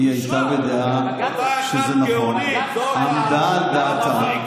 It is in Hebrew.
היא הייתה בדעה שזה נכון, עמדה על דעתה.